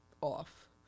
off